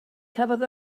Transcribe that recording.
cafodd